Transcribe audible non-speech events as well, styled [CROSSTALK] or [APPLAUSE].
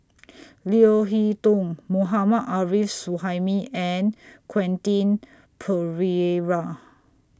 [NOISE] Leo Hee Tong Mohammad Arif Suhaimi and Quentin Pereira